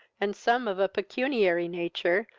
and some of a pecuniary nature,